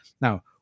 Now